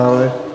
אתה רואה.